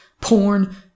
porn